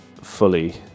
fully